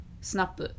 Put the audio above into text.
Snap